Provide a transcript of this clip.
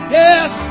yes